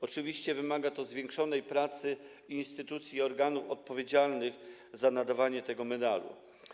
Oczywiście wymaga to zwiększonej pracy instytucji i organów odpowiedzialnych za nadawanie tego medalu.